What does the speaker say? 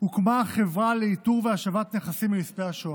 הוקמה החברה לאיתור והשבת נכסים לנספי השואה.